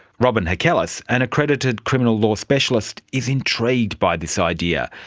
robyn hakelis, an accredited criminal law specialist, is intrigued by this idea.